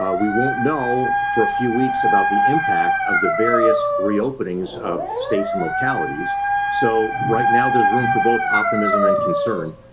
um we won't know for a few weeks about the impact of the various reopenings of states and localities so right now there's room for both optimism and concern